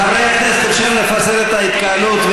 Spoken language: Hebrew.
חברי הכנסת, לפזר את ההתקהלות.